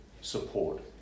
support